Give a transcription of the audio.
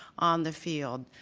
on the field,